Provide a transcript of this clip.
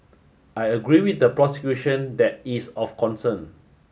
I agree with the prosecution that is of concern